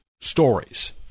stories